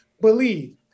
Believe